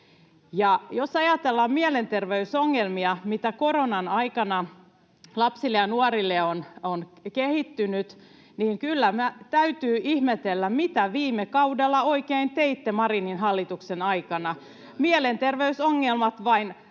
Jos ajatellaan mielenterveysongelmia, mitä koronan aikana lapsille ja nuorille on kehittynyt, niin kyllä täytyy ihmetellä, mitä viime kaudella oikein teitte Marinin hallituksen aikana. Mielenterveysongelmat vain